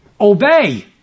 obey